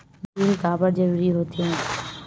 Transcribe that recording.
Bill काबर जरूरी होथे?